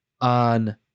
on